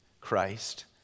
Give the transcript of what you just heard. Christ